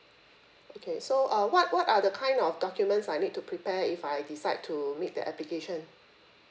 okay so uh what what are the kind of documents I need to prepare if I decide to meet the application